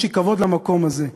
יש לי כבוד למקום הזה,